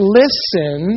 listen